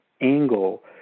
angle